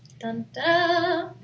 Dun-dun